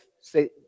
say